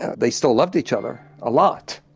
they still loved each other a lot.